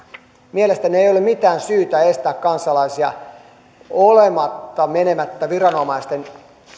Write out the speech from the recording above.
mielestäni ei ei ole mitään syytä estää kansalaisia olemasta menemättä viranomaisten